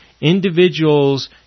Individuals